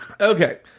Okay